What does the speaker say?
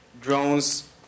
drones